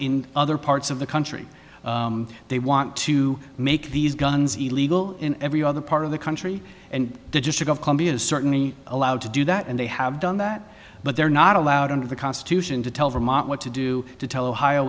in other parts of the country they want to make these guns illegal in every on the part of the country and the district of columbia is certainly allowed to do that and they have done that but they're not allowed under the constitution to tell vermont what to do to tell ohio